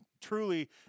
truly